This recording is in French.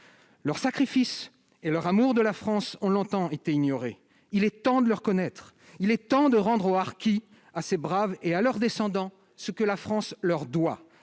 Leur sacrifice et leur amour de la France ont longtemps été ignorés. Il est temps de le reconnaître. Il est temps de rendre aux harkis, à ces braves et à leurs descendants, ce que la France leur doit.